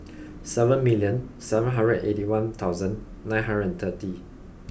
seven million seven hundred eighty one thousand nine hundred and thirty